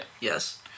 Yes